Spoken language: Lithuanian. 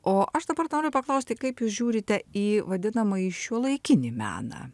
o aš dabar noriu paklausti kaip jūs žiūrite į vadinamąjį šiuolaikinį meną